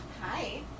Hi